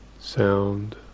sound